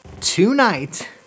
tonight